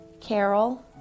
Carol